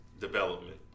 development